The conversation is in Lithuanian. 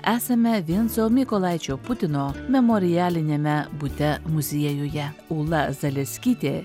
esame vinco mykolaičio putino memorialiniame bute muziejuje ūla zaleskytė